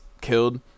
killed